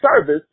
service